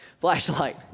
flashlight